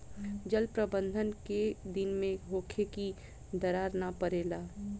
जल प्रबंधन केय दिन में होखे कि दरार न परेला?